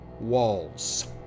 walls